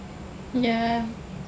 ya